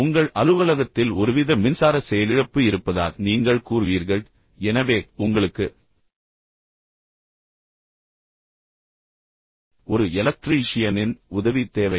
எனவே உங்கள் அலுவலகத்தில் ஒருவித மின்சார செயலிழப்பு இருப்பதாக நீங்கள் கூறுவீர்கள் எனவே உங்களுக்கு ஒரு எலக்ட்ரீஷியனின் உதவி தேவை